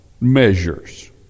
measures